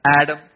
Adam